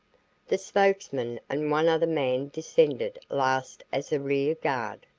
the spokesman and one other man descended last as a rear guard.